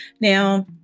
Now